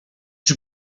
czy